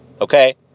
Okay